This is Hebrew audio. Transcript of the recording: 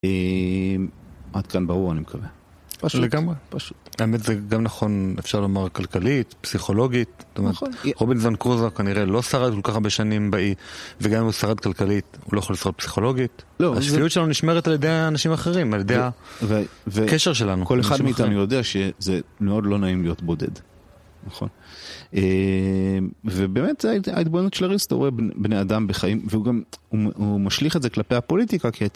עד כאן ברור, אני מקווה. פשוט. לגמרי, האמת זה גם נכון, אפשר לומר, כלכלית, פסיכולוגית. רובינזון קרוזו כנראה לא שרד כל כך הרבה שנים באי, וגם אם הוא שרד כלכלית, הוא לא יכול לשרוד פסיכולוגית. השפיות שלנו נשמרת על ידי האנשים האחרים, על ידי הקשר שלנו. כל אחד מאיתנו יודע שזה מאוד לא נעים להיות בודד. נכון. ובאמת, ההתבוננות של אריסטו: רואה בני אדם בחיים, והוא משליך את זה כלפי הפוליטיקה, כי